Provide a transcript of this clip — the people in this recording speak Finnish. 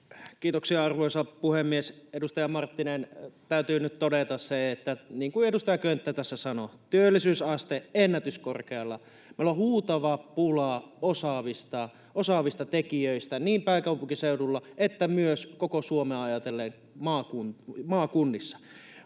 Kiitoksia, arvoisa puhemies! Edustaja Marttinen, täytyy nyt todeta, niin kuin edustaja Könttä tässä sanoi: työllisyysaste ennätyskorkealla, meillä on huutava pula osaavista tekijöistä niin pääkaupunkiseudulla kuin myös koko Suomea ajatellen maakunnissa.